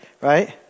right